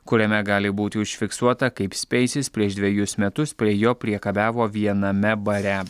kuriame gali būti užfiksuota kaip speisis prieš dvejus metus prie jo priekabiavo viename bare